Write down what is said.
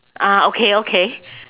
ah okay okay